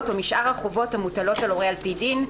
או משאר החובות המוטלות על הורה על פי דין."